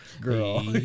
girl